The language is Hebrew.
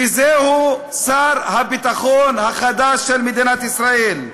וזה שר הביטחון החדש של מדינת ישראל.